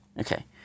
Okay